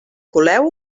coleu